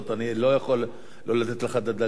אני לא יכול שלא לתת לך את הדקה.